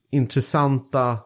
intressanta